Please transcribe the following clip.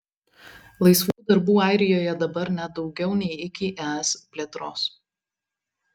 laisvų darbų airijoje dabar net daugiau nei iki es plėtros